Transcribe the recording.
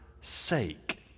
sake